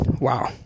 wow